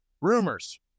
rumors